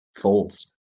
falls